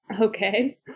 Okay